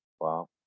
Wow